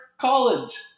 college